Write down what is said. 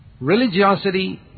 Religiosity